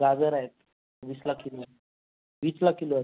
गाजर आहेत वीसला किलो आहे वीसला किलो आहेत